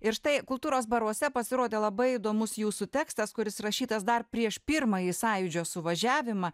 ir štai kultūros baruose pasirodė labai įdomus jūsų tekstas kuris rašytas dar prieš pirmąjį sąjūdžio suvažiavimą